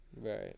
Right